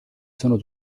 sono